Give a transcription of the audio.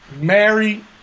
married